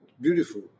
Beautiful